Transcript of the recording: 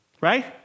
Right